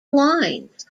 lines